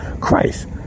Christ